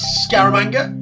scaramanga